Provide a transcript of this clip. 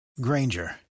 Granger